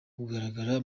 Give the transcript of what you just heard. kugaragara